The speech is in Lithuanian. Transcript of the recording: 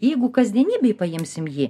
jeigu kasdienybėj paimsim jį